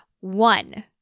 one